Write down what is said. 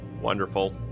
Wonderful